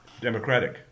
democratic